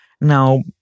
Now